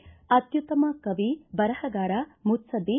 ಅತ್ತುತ್ತಮ ಕವಿ ಬರಹಗಾರ ಮುತ್ತದ್ದಿ